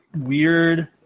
weird